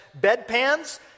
bedpans